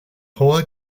hohe